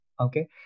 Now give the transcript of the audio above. okay